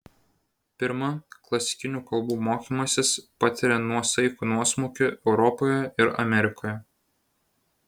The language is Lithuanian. pirma klasikinių kalbų mokymasis patiria nuosaikų nuosmukį europoje ir amerikoje